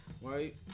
Right